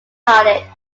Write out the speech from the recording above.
college